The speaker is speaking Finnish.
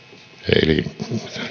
eli